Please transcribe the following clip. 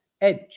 Edge